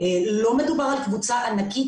ולא מדובר על קבוצה ענקית.